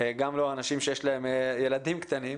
גם לא אנשים שיש להם ילדים קטנים.